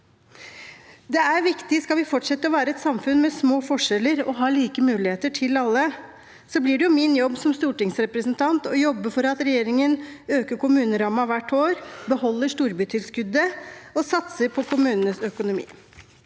Det er viktig skal vi fortsette å være et samfunn med små forskjeller og ha like muligheter til alle. Så blir det min jobb som stortingsrepresentant å jobbe for at regjeringen øker kommunerammen hvert år, beholder storbytilskuddet og satser på kommunenes økonomi.